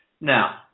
Now